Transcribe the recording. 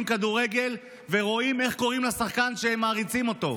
כדורגל ורואים איך קוראים לשחקן שהם מעריצים אותו?